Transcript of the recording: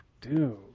dude